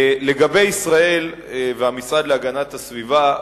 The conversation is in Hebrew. לגבי ישראל והמשרד להגנת הסביבה,